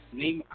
name